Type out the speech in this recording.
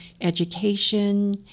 education